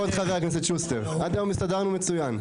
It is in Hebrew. חבר הכנסת שוסטר, עד היום הסתדרנו מצוין.